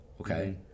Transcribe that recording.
Okay